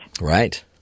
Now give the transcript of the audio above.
Right